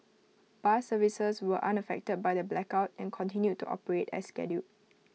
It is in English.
bus services were unaffected by the blackout and continued to operate as scheduled